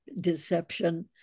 deception